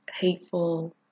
hateful